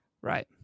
right